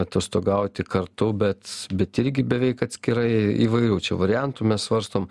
atostogauti kartu bet bet irgi beveik atskirai įvairių čia variantų mes svarstom